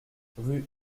rue